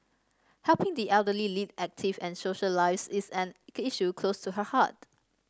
helping the elderly lead active and social lives is an issue close to her heart